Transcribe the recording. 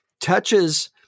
touches –